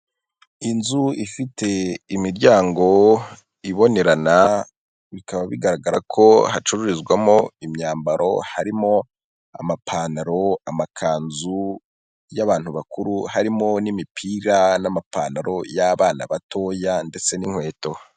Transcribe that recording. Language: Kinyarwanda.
Inzu ifite imiryango ibonerana, bikaba bigaragara ko hacururizwamo imyambaro, harimo amapantaro, amakanzu y'abantu bakuru, harimo n'imipira, n'amapantaro y'abana batoya, ndetse n'inkweto.